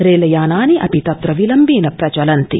रेलयानानि अपि तत्र विलम्बेन प्रचलन्ति